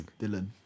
Dylan